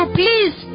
please